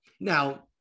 Now